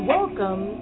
welcome